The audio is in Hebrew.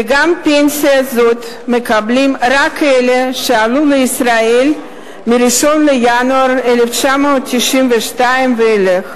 וגם פנסיה זו מקבלים רק אלה שעלו לישראל מ-1 בינואר 1992 ואילך,